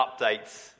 updates